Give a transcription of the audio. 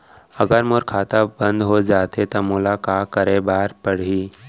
अगर मोर खाता बन्द हो जाथे त मोला का करे बार पड़हि?